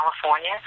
California